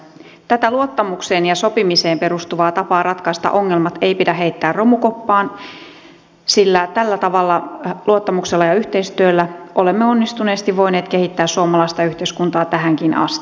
tätä luottamukseen ja sopimiseen perustuvaa tapaa ratkaista ongelmat ei pidä heittää romukoppaan sillä tällä tavalla luottamuksella ja yhteistyöllä olemme onnistuneesti voineet kehittää suomalaista yhteiskuntaa tähänkin asti